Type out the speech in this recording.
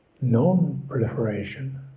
Non-proliferation